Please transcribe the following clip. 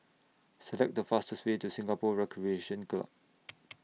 Select The fastest Way to Singapore Recreation Club